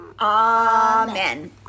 Amen